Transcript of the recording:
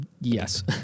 Yes